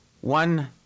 one